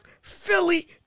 Philly